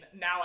Now